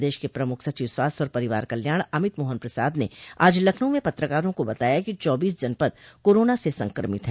प्रदेश के प्रमुख सचिव स्वास्थ्य और परिवार कल्याण अमित मोहन प्रसाद ने आज लखनऊ में पत्रकारों को बताया कि चौबीस जनपद कोरोना से संक्रमित है